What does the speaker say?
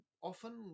often